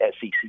SEC